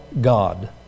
God